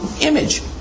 image